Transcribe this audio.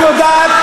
את יודעת,